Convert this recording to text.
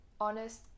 honest